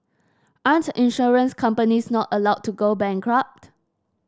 aren't insurance companies not allowed to go bankrupt